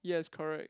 yes correct